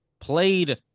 played